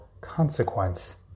consequence